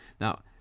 now